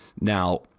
now